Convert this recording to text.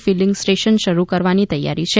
feeling station શરૂ કરવાની તૈયારી છે